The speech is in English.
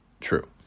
true